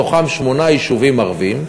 מתוכם שמונה יישובים ערביים,